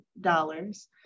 dollars